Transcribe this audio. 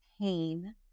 pain